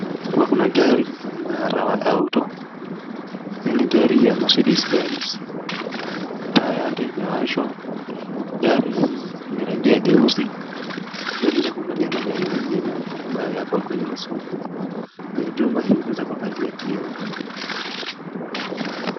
Hapa kuna gari aina ya auto , hii ni gari ya mercedes benz, taa yake imewashwa. Gari hii ni rangi ya nyeusi na pia unaweza kuangalia magari mengine ambayo yapo kwenye shule. Kwenye jumba hili unaweza kuangalia kioo.